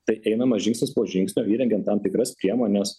tai einama žingsnis po žingsnio įrengiant tam tikras priemones